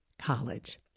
College